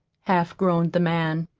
half groaned the man.